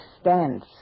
stance